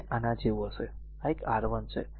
તે આના જેવું હશે આ એક R1 છે